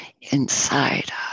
inside